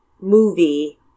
movie